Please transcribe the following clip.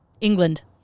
England